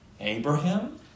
Abraham